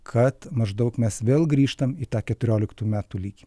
kad maždaug mes vėl grįžtam į tą keturioliktų metų lygį